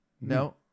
No